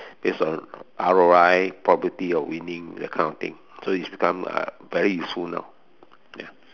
based on R_O_I property of winning that kind of thing so it become uh very useful now ya